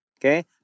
Okay